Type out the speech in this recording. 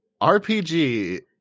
RPG